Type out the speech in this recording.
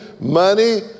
money